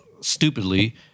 stupidly